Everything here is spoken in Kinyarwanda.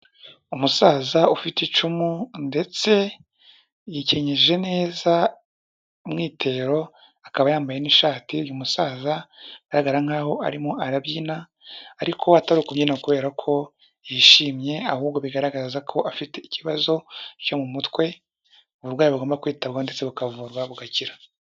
Umusaza ufite icumu ndetse yikenyeje neza umwitero akaba yambaye n'ishati, uyu musaza agaragara nk'aho arimo arabyina ariko atari ukubyina kubera ko yishimye ahubwo bigaragaza ko afite ikibazo cyo mu mutwe, uburwayi bugomba kwitabwaho ndetse bukavurwa bugakira.